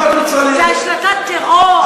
להשלטת טרור?